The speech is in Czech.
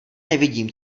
nevidím